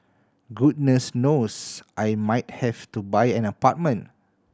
goodness knows I might have to buy an apartment